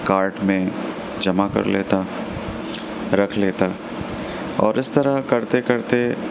cart میں جمع کر لیتا رکھ لیتا اور اِس طرح کرتے کرتے